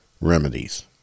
remedies